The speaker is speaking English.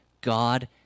God